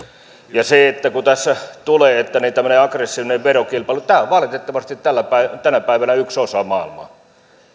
kun tässä tulee tämmöinen aggressiivinen verokilpailu niin tämä on valitettavasti tänä päivänä yksi osa maailmaa